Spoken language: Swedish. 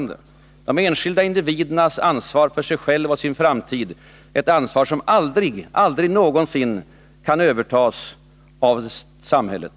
De enskilda individernas ansvar för sig själva och sin framtid är ett ansvar som aldrig någonsin kan övervältras på samhället.